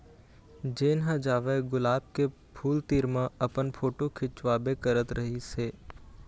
जेन ह जावय गुलाब के फूल तीर म अपन फोटू खिंचवाबे करत रहिस हे